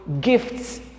gifts